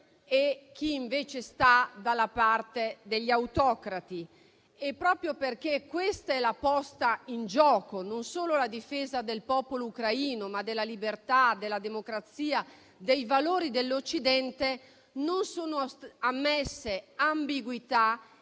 e chi invece sta dalla parte degli autocrati. Proprio perché questa è la posta in gioco, non solo la difesa del popolo ucraino, ma della libertà, della democrazia, dei valori dell'Occidente, non sono ammesse ambiguità,